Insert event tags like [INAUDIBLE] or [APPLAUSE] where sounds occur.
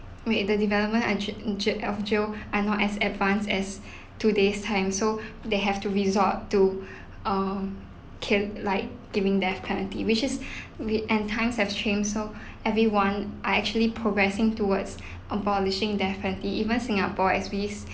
made the development of jail in jail of jail are not as advanced as [BREATH] today's time so they have to resort to [BREATH] uh kill like giving death penalty which is [BREATH] with and times have changed so everyone are actually progressing towards [BREATH] on abolishing death penalty even singapore we is